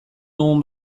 dugun